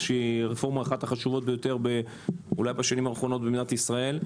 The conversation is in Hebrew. אחת החשובות ביותר בשנים האחרונות במדינת ישראל.